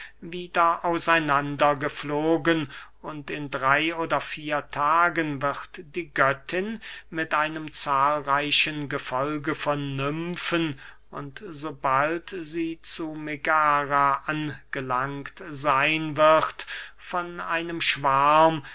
wieder aus einander geflogen und in drey oder vier tagen wird die göttin mit einem zahlreichen gefolge von nymfen und sobald sie zu megara angelangt seyn wird von einem schwarm